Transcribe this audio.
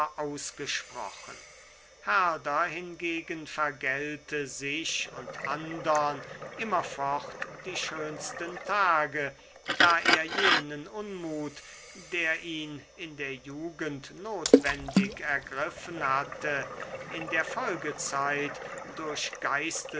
ausgesprochen herder hingegen vergällte sich und andern immerfort die schönsten tage da er jenen unmut der ihn in der jugend notwendig ergriffen hatte in der folgezeit durch